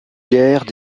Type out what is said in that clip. guerres